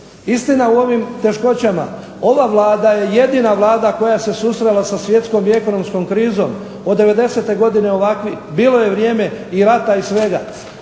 Istina u ovim teškoćama, ova vlada jedina je Vlada koja se susrela sa svjetskom i ekonomskom krizom, od 90. godine bilo je vrijeme rata i svega,